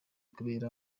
kubera